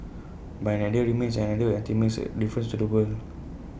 but an idea remains an idea until IT makes A difference to the world